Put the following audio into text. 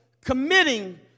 committing